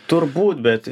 turbūt bet